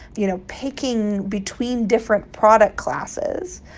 you know, picking between different product classes.